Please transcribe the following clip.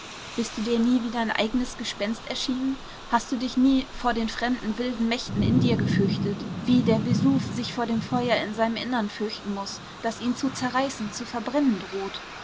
bist du dir nie wie dein eigenes gespenst erschienen hast du dich nie vor den fremden wilden mächten in dir gefürchtet wie der vesuv sich vor dem feuer in seinem innern fürchten muß das ihn zu zerreißen zu verbrennen droht